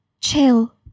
chill